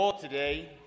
today